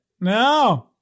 No